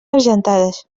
argentades